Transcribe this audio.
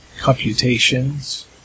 computations